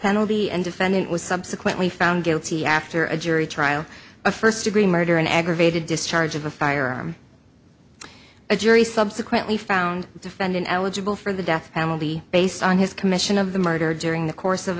penalty and defendant was subsequently found guilty after a jury trial of first degree murder and aggravated discharge of a firearm a jury subsequently found the defendant eligible for the death penalty based on his commission of the murder during the course of